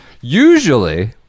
usually